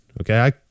Okay